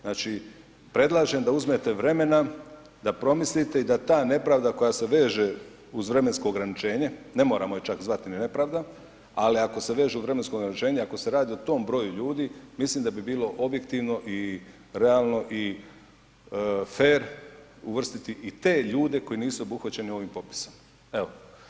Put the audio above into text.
Znači, predlažem da uzmete vremena, da promislite i da ta nepravda koja se veže uz vremensko ograničenje, ne moramo je čak zvati ni nepravda, ali ako se veže uz vremensko ograničenje, ako se radi o tom broju ljudi mislim da bi bilo objektivno i realno i fer uvrstiti i te ljude koji nisu obuhvaćeni ovim popisom, evo.